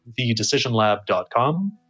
thedecisionlab.com